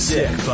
Sick